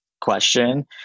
question